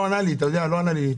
אחרת לא הייתי מעביר את זה.